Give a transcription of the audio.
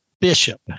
bishop